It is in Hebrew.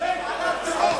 תתבייש לך.